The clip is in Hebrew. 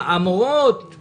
המורות, הגננות